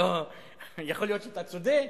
יכול להיות שאתה צודק.